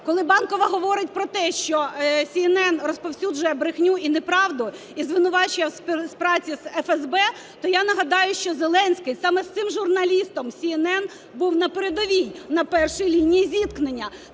Коли Банкова говорить, що СNN розповсюджує брехню і неправду і звинувачує у співпраці з ФСБ, то я нагадаю, що Зеленський саме з цим журналістом СNN був на передовій, на першій лінії зіткнення.